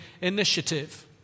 initiative